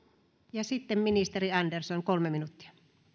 sitten ministeri andersson kolme minuuttia